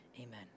Amen